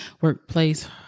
workplace